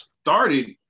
started